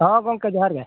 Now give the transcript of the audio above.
ᱦᱮᱸ ᱜᱚᱢᱠᱮ ᱡᱚᱦᱟᱨ ᱜᱮ